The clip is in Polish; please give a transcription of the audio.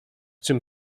czym